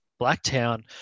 Blacktown